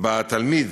שבה התלמיד